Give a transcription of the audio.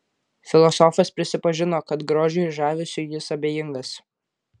filosofas prisipažino kad grožiui ir žavesiui jis abejingas